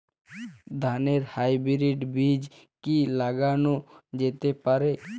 ধানের হাইব্রীড বীজ কি লাগানো যেতে পারে?